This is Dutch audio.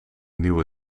nieuwe